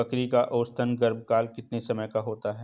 बकरी का औसतन गर्भकाल कितने समय का होता है?